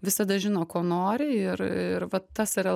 visada žino ko nori ir ir vat tas yra